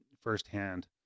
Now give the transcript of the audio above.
firsthand